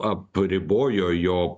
apribojo jo